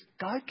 God